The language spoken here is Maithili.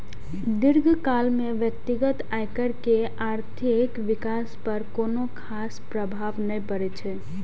दीर्घकाल मे व्यक्तिगत आयकर के आर्थिक विकास पर कोनो खास प्रभाव नै पड़ै छै